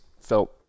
felt